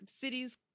cities